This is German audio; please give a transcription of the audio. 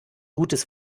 gutes